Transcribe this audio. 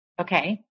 okay